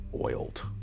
oiled